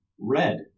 red